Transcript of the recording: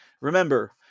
Remember